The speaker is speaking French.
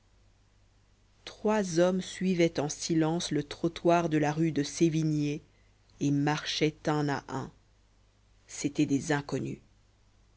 trois hommes suivaient en silence le trottoir de la rue de sévigné et marchaient un à un c'était des inconnus